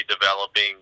developing